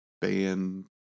band